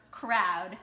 crowd